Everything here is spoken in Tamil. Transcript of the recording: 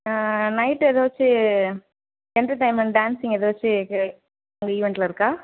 நைட்டு ஏதாச்சி என்டர்டைன்மெண்ட் டான்சிங் ஏதாச்சி கெ உங்கள் ஈவென்ட்ல இருக்கா